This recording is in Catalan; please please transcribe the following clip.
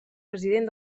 president